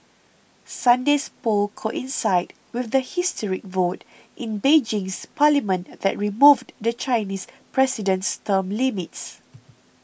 Sunday's polls coincided with the historic vote in Beijing's parliament that removed the Chinese president's term limits